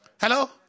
Hello